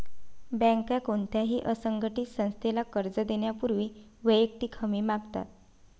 बँका कोणत्याही असंघटित संस्थेला कर्ज देण्यापूर्वी वैयक्तिक हमी मागतात